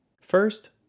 First